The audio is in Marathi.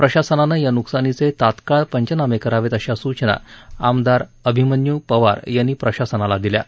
प्रशासनानं या नुकसानीचे तात्काळ पंचनामे करावेत अशा सूचना आमदार अभिमन्यू पवार यांनी प्रशासनाला दिल्या आहेत